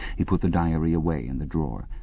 he put the diary away in the drawer.